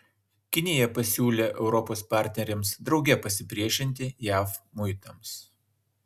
kinija pasiūlė europos partneriams drauge pasipriešinti jav muitams